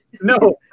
No